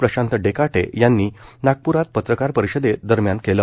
प्रशांत डेकाटे यांनी नागप्रात पत्रकारपरिषदे दरम्यान केलं